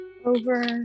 over